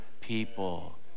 people